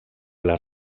les